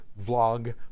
vlog